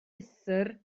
uthr